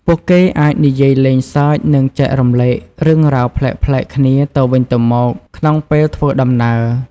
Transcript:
ពួកគេអាចនិយាយលេងសើចនឹងចែករំលែករឿងរ៉ាវប្លែកៗគ្នាទៅវិញទៅមកក្នុងពេលធ្វើដំណើរ។